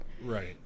Right